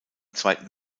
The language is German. zweiten